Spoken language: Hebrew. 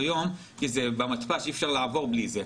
יום כי במתפ"ש אי אפשר לעבור בלי זה.